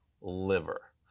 liver